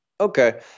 Okay